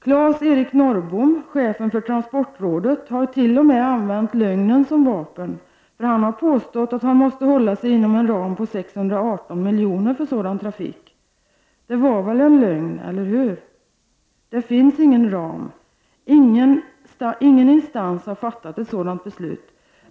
Claes-Eric Norrbom, chefen för transportrådet, har t.o.m. använt lögnen som vapen, för han har påstått att han måste hålla sig inom en ram på 618 miljoner för sådan trafik. Det var väl en lögn, eller hur? Det finns ingen ram. Ingen instans har fattat ett sådant beslut.